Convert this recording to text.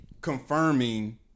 confirming